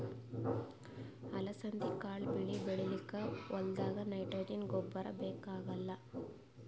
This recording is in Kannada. ಅಲಸಂದಿ ಕಾಳ್ ಬೆಳಿ ಬೆಳಿಲಿಕ್ಕ್ ಹೋಲ್ದಾಗ್ ನೈಟ್ರೋಜೆನ್ ಗೊಬ್ಬರ್ ಬೇಕಾಗಲ್